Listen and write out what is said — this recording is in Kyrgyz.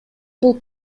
бул